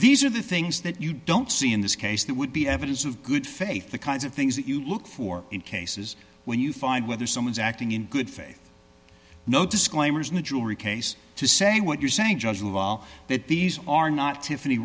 these are the things that you don't see in this case that would be evidence of good faith the kinds of things that you look for in cases when you find whether someone's acting in good faith no disclaimers in the jewelry case to say what you're saying just that these are not tiffany